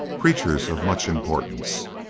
creatures of much importance.